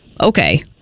Okay